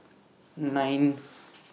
nine